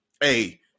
hey